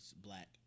black